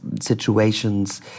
situations